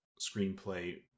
screenplay